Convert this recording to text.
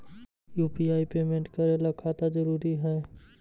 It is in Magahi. यु.पी.आई पेमेंट करे ला खाता जरूरी है?